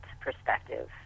perspective